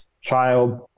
child